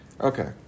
okay